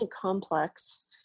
complex